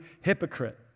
hypocrite